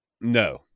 No